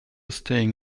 staying